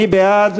מי בעד?